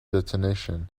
detonation